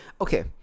Okay